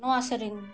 ᱱᱚᱣᱟ ᱥᱮᱨᱮᱧ